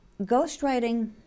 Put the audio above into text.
ghostwriting